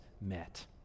met